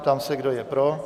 Ptám se, kdo je pro?